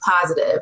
positive